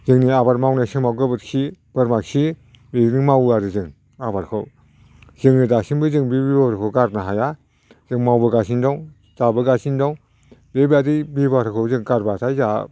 जोंनि आबाद मावनाय समाव गोबोरखि बोरमा खि बेजों मावो आरो जों आबादखौ जोङो दासिमबो जों बे बेबहारखौ गारनो हाया जों मावबोगासिनो दं जाबोगासिनो दं बेबादि बेबहारखौ जों गारब्लाथाय जाहा